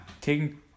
Taking